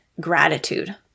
gratitude